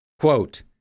Quote